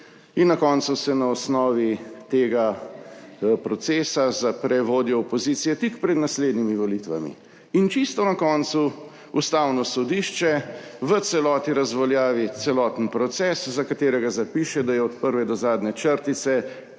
se na koncu na osnovi tega procesa zapre vodjo opozicije tik pred naslednjimi volitvami. In čisto na koncu Ustavno sodišče v celoti razveljavi celoten proces, za katerega zapiše, da je bil od prve do zadnje črtice